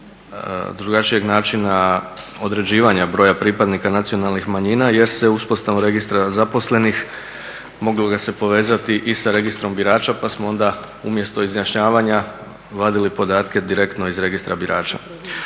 drugačijeg načina određivanja broja pripadnika nacionalnih manjina jer se uspostavom registra zaposlenih, moglo ga se povezati i sa registrom birača pa smo onda umjesto izjašnjavanja vadili podatke direktno iz registra birača.